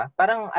parang